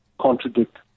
contradict